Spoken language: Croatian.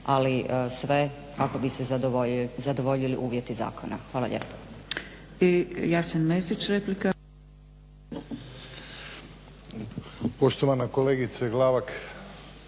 ali sve kako bi se zadovoljili uvjeti zakona. Hvala lijepa.